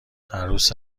عروس